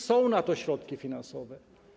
Są na to środki finansowe.